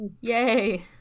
Yay